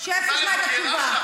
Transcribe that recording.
תשב ותקשיב לתשובה.